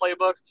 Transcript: playbook